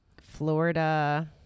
Florida